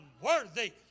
unworthy